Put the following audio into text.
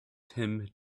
tim